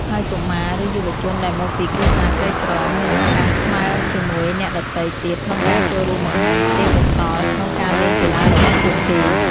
ហើយកុមារ ឬយុវជនដែលមកពីគ្រួសារក្រីក្រ មានឱកាសស្មើរជាមួយអ្នកដទៃទៀតក្នុងការចូលរួមបង្ហាញទេពកោសល្យក្នុងការលេងកីឡារបស់ពួកគេ។